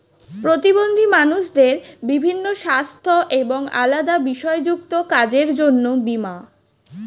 প্রতিবন্ধী মানুষদের বিভিন্ন সাস্থ্য এবং আলাদা বিষয় যুক্ত কাজের জন্য বীমা